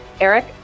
Eric